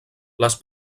les